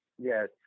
Yes